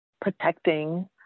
protecting